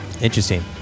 Interesting